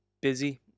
busy